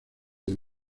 del